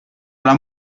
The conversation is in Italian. alla